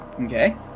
Okay